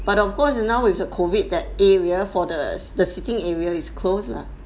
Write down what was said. but of course now with the COVID that area for the the sitting area is closed lah